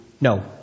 no